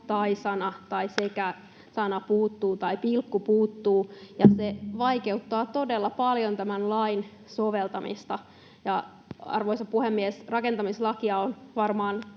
tai-sana tai sekä-sana puuttuu tai pilkku puuttuu, ja se vaikeuttaa todella paljon tämän lain soveltamista. Arvoisa puhemies! Rakentamislakia on varmaan